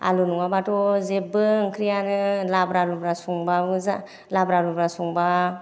आलु नङाब्लाथ' जेबो ओंख्रियानो लाब्रा लुब्रा संबाबो जा लाब्रा लुब्रा संबा